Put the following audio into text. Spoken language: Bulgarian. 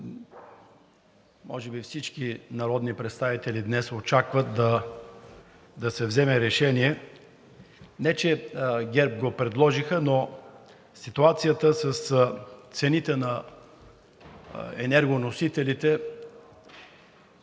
може би всички народни представители днес очакват да се вземе решение. Не че ГЕРБ го предложиха, но ситуацията с цените на енергоносителите